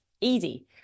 easy